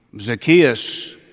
Zacchaeus